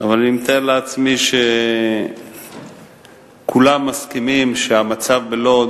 אבל אני מתאר לעצמי שכולם מסכימים שהמצב בלוד